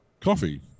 coffee